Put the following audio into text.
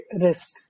risk